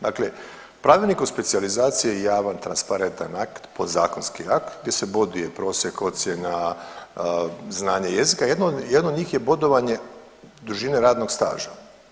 Dakle Pravilnik o specijalizaciji je javan, transparentan akt, podzakonski akt gdje se boduje prosjek ocjena, znanje jezika, jedno od njih je bodovanje dužine radnog staža.